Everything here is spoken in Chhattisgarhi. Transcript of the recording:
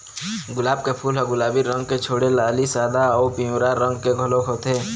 गुलाब के फूल ह गुलाबी रंग के छोड़े लाली, सादा अउ पिंवरा रंग के घलोक होथे